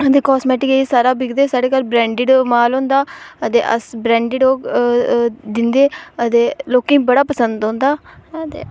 अदे कास्मैटिक एह् सारा बिकदे साढ़े घर ब्रैड्ड माल होंदा अदे अस ब्रैड्ड दिंदे अदे लोकें ई बड़ा पसंद औंदा अदे